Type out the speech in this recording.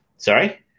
Sorry